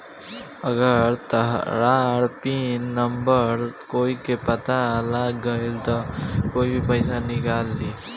अगर तहार pin number कोई के पता लाग गइल त कोई भी पइसा निकाल ली